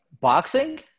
Boxing